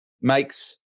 makes